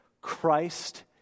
Christ